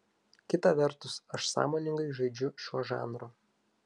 kita vertus aš sąmoningai žaidžiu šiuo žanru